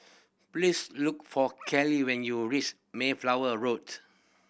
please look for Kellie when you reach Mayflower Road